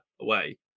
away